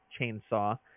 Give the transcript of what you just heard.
chainsaw